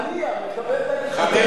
הנייה מקבל את הגישה שלך?